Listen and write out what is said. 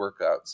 workouts